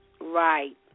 Right